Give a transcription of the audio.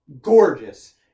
gorgeous